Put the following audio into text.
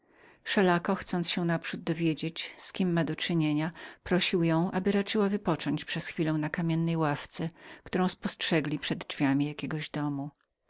wszelako chcąc się naprzód dowiedzieć z kim miał do czynienia prosił ją aby raczyła wypocząć przez chwilę na kamiennej ławce którą spostrzegli przed drzwiami jakiegoś domu